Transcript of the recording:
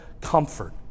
comfort